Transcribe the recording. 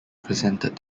presented